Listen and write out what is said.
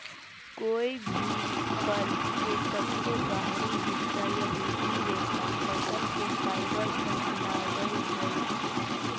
कोय भी फल के सबसे बाहरी हिस्सा या भीतरी रेशा फसल के फाइबर कहलावय हय